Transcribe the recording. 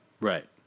Right